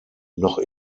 noch